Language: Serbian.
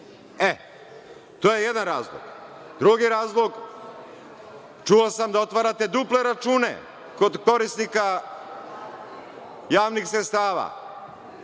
To je jedan razlog. Drugi razlog, čuo sam da otvarate duple račune kod korisnika javnih sredstava.